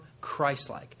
Christ-like